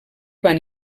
van